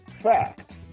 fact